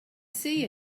see